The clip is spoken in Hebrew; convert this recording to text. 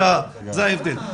זה ההבדל.